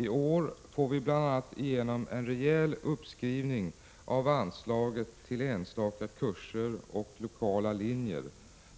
I år får vi bl.a. igenom en rejäl uppskrivning av anslaget till enstaka kurser och lokala linjer,